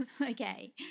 Okay